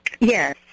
Yes